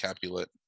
Capulet